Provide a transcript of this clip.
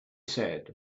said